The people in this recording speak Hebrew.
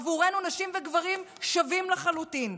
עבורנו נשים וגברים שווים לחלוטין,